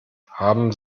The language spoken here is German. haben